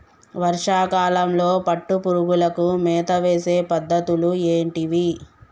వర్షా కాలంలో పట్టు పురుగులకు మేత వేసే పద్ధతులు ఏంటివి?